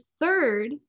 third